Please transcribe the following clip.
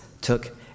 took